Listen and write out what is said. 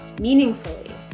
meaningfully